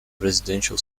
residential